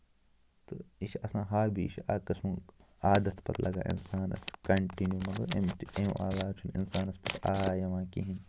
تہٕ یہِ چھُ آسان ہابی یہِ چھُ اَکہِ قٕسمُک عادت پَتہٕ لگان اِنسانَس کَنٹنیوٗ مطلب اَمہِ تہِ اَمہِ چھُنہٕ اِنسانَس پتہٕ آے یِوان کِہیٖنۍ